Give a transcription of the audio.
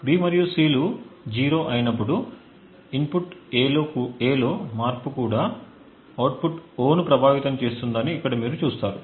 B మరియు C లు 0 అయినప్పుడు ఇన్పుట్ A లో మార్పు కూడా అవుట్పుట్ O ను ప్రభావితం చేస్తుందని ఇక్కడ మీరు చూస్తారు